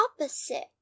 opposite